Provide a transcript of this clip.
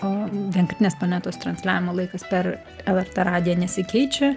o vienkartinės planetos transliavimo laikas per lrt radiją nesikeičia